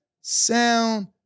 sound